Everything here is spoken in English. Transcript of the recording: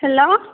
hello